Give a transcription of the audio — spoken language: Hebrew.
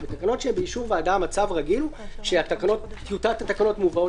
אבל בתקנות שהן באישור ועדה המצב הרגיל הוא שטיוטת התקנות מובאת